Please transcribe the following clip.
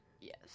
Yes